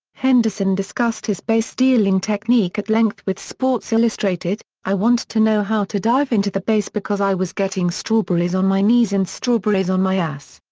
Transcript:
henderson discussed his base stealing technique at length with sports illustrated i wanted to know how to dive into the base because i was getting strawberries on my knees and strawberries on my ass.